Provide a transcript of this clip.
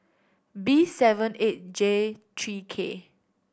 B seven eight J three K